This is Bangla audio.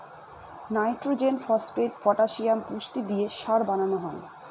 নাইট্রজেন, ফসপেট, পটাসিয়াম পুষ্টি দিয়ে সার বানানো হয়